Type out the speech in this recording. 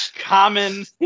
common